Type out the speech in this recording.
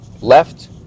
left